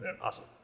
awesome